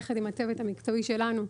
יחד עם הצוות המקצועי שלנו,